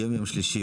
היום יום שלישי,